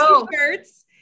T-shirts